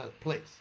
place